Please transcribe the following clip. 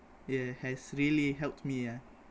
it has really helped me ah